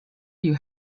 you